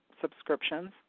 subscriptions